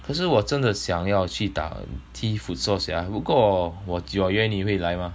可是我真的想要去打踢 futsal sia 如果我 jio 约你会来 mah